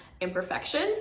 imperfections